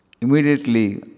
Immediately